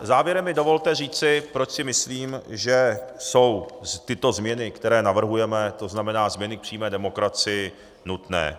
Závěrem mi dovolte říci, proč si myslím, že jsou tyto změny, které navrhujeme, tzn. změny k přímé demokracii, nutné.